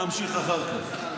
נמשיך אחר כך.